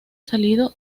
salido